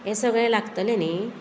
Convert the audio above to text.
हें सगळें लागतलें न्ही